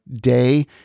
day